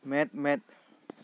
ᱢᱮᱫ ᱢᱮᱫ